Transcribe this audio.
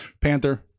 Panther